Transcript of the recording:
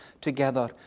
together